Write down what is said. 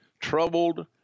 troubled